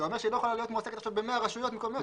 זה אומר שהיא לא יכולה להיות מועסקת ב-100 רשויות מקומיות.